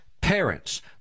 parents